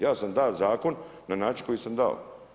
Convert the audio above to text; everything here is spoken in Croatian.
Ja sam da Zakon na način koji sam dao.